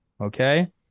Okay